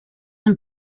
and